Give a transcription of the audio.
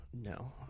no